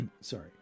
Sorry